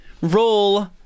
Roll